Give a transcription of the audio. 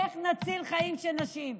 איך נציל חיים של נשים?